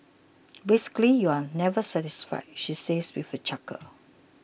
basically you're just never satisfied she says with a chuckle